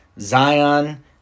Zion